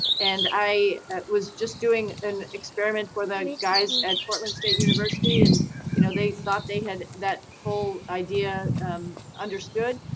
and i was just doing an experiment for the guys at portland state university. and you know they thought they had that whole idea understood.